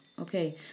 Okay